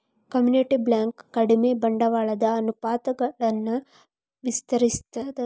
community bank ಕಡಿಮಿ ಬಂಡವಾಳದ ಅನುಪಾತಗಳನ್ನ ನಿರ್ವಹಿಸ್ತದ